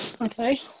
Okay